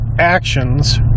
actions